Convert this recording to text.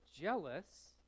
jealous